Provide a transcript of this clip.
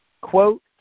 quote